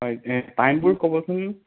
হয় টাইমবোৰ ক'বচোন